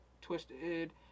twisted